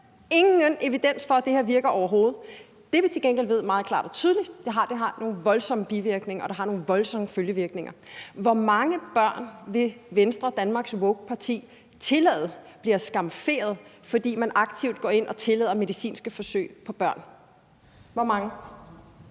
ingen evidens for, at det her virker. Det, vi til gengæld ved helt entydigt, er, at det har nogle voldsomme bivirkninger, og at det har nogle voldsomme følgevirkninger. Hvor mange børn vil Venstre, Danmarks woke parti, tillade bliver skamferet, fordi man aktivt går ind og tillader medicinske forsøg med børn? Hvor mange?